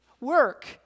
work